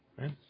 Right